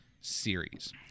series